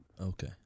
Okay